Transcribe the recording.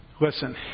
Listen